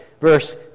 Verse